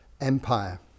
Empire